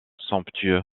somptueux